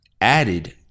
added